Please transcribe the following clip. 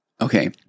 Okay